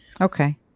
Okay